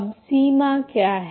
अब सीमा क्या है